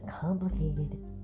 complicated